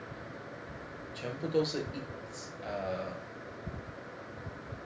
全部都是一 err